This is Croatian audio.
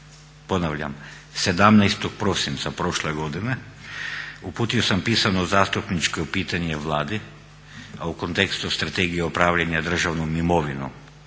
ponavljam, 17. prosinca prošle godine uputio sam pisano zastupničko pitanje Vladi a u kontekstu Strategije upravljanja državnom imovinom